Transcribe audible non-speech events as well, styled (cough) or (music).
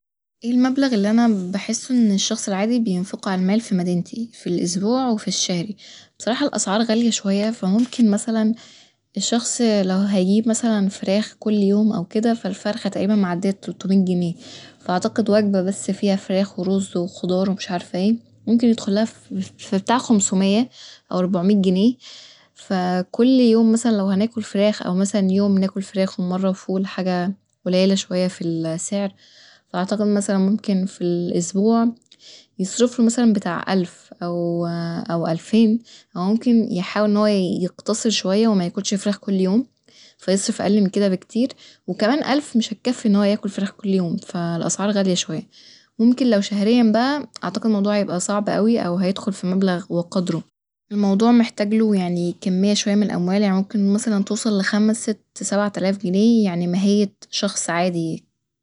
اي المبلغ اللي أنا بحس إن الشخص العادي بينفقه ع المال ف مدينتي ف الاسبوع وفي الشهري بصراحة الأسعار غالية شوية ف ممكن مثلا الشخص (hesitation) لو هيجيب مثلا فراخ كل يوم أو كده ف الفرخة تقريبا معدية التلتمية جنيه ف أعتقد وجبة بس فيها فراخ ورز و خضار ومش عارفه ايه ممكن يدخلها ف- فبتاع خمسمية أو أربعمية جنيه ف كل يوم مثلا لو هناكل فراخ أو مثلا يوم هناكل فراخ و مرة و فول حاجة قليلة شوية ف ال (hesitation) سعر ف أعتقد مثلا ممكن ف الاسبوع يصرفله مثلا بتاع ألف أو ألفين أو ممكن يحاول إن هو يقتصد شوية ومياكلش فراخ كل يوم فيصرف أقل من كده بكتير وكمان ألف مش هتكفي إن هو ياكل فراخ كل يوم ف الأسعار غالية شوية ، ممكن لو شهريا بقى أعتقد الموضوع هيبقى صعب أوي أو هيدخل ف مبلغ وقدره الموضوع محتاجله يعني كمية شوية من الأموال يعني ممكن توصل مثلا لخمس ست سبع تلاف جنيه يعني ماهية شخص عادي